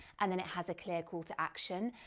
and then it has a clear call to action.